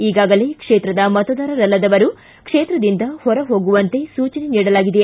ಈಗಾಗಲೇ ಕ್ಷೇತ್ರದ ಮತದಾರರಲ್ಲದವರು ಕ್ಷೇತ್ರದಿಂದ ಹೊರ ಹೋಗುವಂತೆ ಸೂಚನೆ ನೀಡಲಾಗಿದೆ